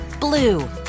blue